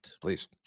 Please